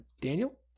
Daniel